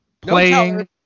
playing